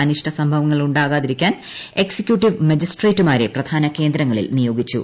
അനിഷ്ട സംഭവങ്ങളുണ്ടാകാതിരി ക്കാൻ എക്സിക്യൂട്ടീവ് മജിസ്ട്രേറ്റുമാരെ പ്രധാന കേന്ദ്രങ്ങളിൽ നിയോഗിച്ചു